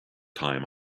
time